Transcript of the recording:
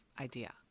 idea